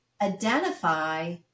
identify